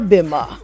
Bima